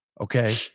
Okay